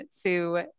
to-